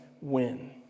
win